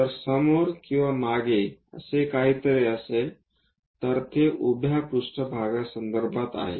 जर समोर आणि मागे असे काहीतरी असेल तर उभे पृष्ठभागा संदर्भात आहे